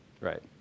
Right